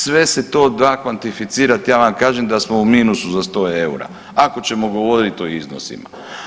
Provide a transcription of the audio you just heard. Sve se to da kvantificirati, ja vam kažem da smo u minusu za 100 EUR-a ako ćemo govorit o iznosima.